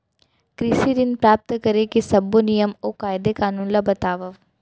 कृषि ऋण प्राप्त करेके सब्बो नियम अऊ कायदे कानून ला बतावव?